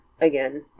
again